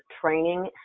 training